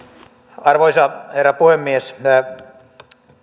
arvoisa herra puhemies